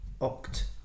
OCT